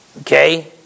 Okay